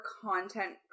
content